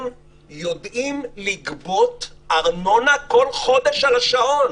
הם יודעים לגבות ארנונה כל חודש על השעון.